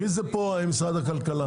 מי כאן נציג משרד הכלכלה?